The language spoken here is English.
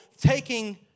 taking